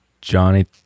Johnny